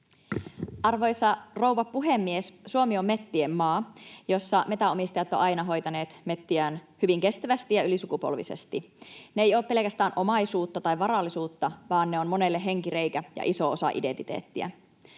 Arvoisa rouva puhemies! Suomi on metsien maa, jossa metsänomistajat ovat aina hoitaneet metsiään hyvin kestävästi ja ylisukupolvisesti. Ne eivät ole pelkästään omaisuutta tai varallisuutta, vaan ne ovat monelle henkireikä ja iso osa identiteettiä.